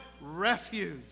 Refuge